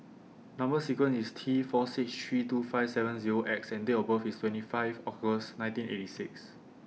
Number sequence IS T four six three two five seven Zero X and Date of birth IS twenty five August nineteen eighty six